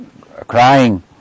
crying